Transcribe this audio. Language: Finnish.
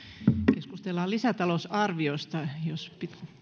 keskustellaan lisätalousarviosta jos